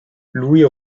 louis